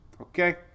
Okay